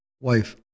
wife